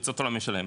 ברצותו לא משלם.